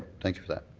thank you for that.